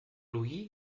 louis